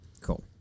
Cool